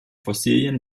fossilien